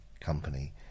company